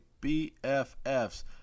bffs